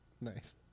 Nice